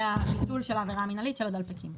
זה הביטול של העבירה המינהלית של הדלפקים.